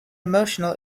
emotional